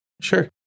Sure